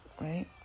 right